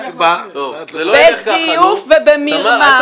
את באת להרוויח ----- בזיוף ובמרמה.